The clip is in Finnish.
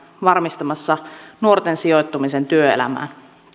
varmistamassa nuorten sijoittumisen työelämään